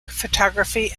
photography